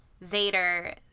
Vader